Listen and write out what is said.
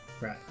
right